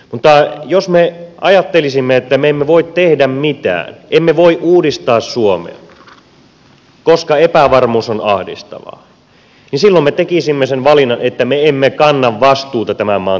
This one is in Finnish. mutta jos me ajattelisimme että me emme voi tehdä mitään emme voi uudistaa suomea koska epävarmuus on ahdistavaa niin silloin me tekisimme sen valinnan että me emme kanna vastuuta tämän maan tulevaisuudesta